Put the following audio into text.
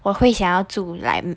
我会想要住 like